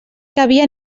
cabia